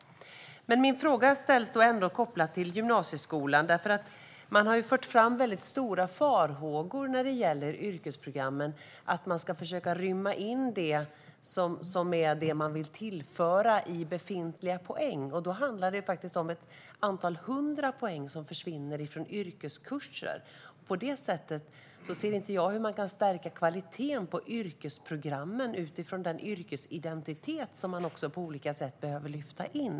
Men den fråga jag vill ställa är ändå kopplad till gymnasieskolan. Man har ju fört fram stora farhågor när det gäller yrkesprogrammen: att man ska försöka rymma in det man vill tillföra i befintliga poäng. Det handlar då faktiskt om flera hundra poäng som försvinner från yrkeskurser. På det sättet ser inte jag hur man kan stärka kvaliteten på yrkesprogrammen utifrån den yrkesidentitet som man också på olika sätt behöver lyfta in.